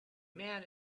man